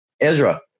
Ezra